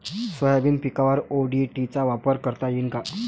Soybean पिकावर ODT चा वापर करता येईन का?